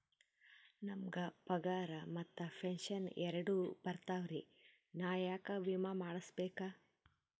ನಮ್ ಗ ಪಗಾರ ಮತ್ತ ಪೆಂಶನ್ ಎರಡೂ ಬರ್ತಾವರಿ, ನಾ ಯಾಕ ವಿಮಾ ಮಾಡಸ್ಬೇಕ?